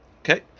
okay